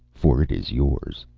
for it is yours.